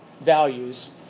values